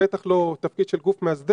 זה בטח לא תפקיד של גוף מאסדר,